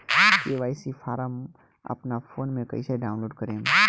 KYC form अपना phone मे कइसे डाऊनलोड करेम?